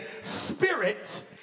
spirit